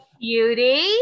beauty